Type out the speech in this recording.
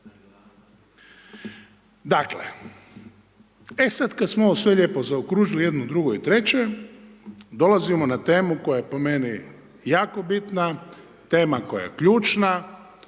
Dakle, e sad kad smo ovo sve lijepo zaokružili, jedno, drugo i treće, dolazimo na temu koja je po meni jako bitna, tema koja je ključna